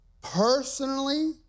personally